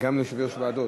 גם ליושבי-ראש ועדות.